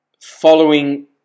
following